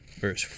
verse